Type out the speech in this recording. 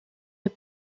est